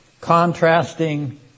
Contrasting